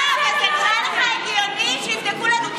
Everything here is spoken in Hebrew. זה נראה לך הגיוני שיבדקו לנו תיקים?